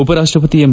ಉಪರಾಷ್ಟ ಪತಿ ಎಂ